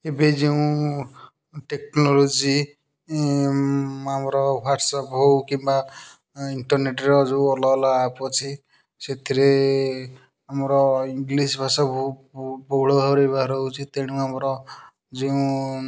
ଏବେ ଯେଉଁ ଟେକ୍ନୋଲୋଜି ଆମର ହ୍ୱାଟ୍ସଅପ୍ ହଉ କିମ୍ବା ଇଣ୍ଟରନେଟ୍ ର ଯେଉଁ ଅଲଗା ଅଲଗା ଆପ୍ ଅଛି ସେଥିରେ ଆମର ଇଙ୍ଗଲିଶ୍ ଭାଷାକୁ ବହୁଳ ଭାବରେ ବ୍ୟବହାର ହେଉଛି ତେଣୁ ଆମର ଯେଉଁ